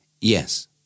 Yes